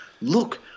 look